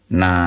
na